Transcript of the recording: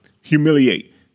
humiliate